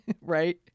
right